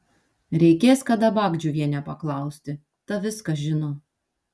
reikės kada bagdžiuvienę paklausti ta viską žino